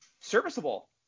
serviceable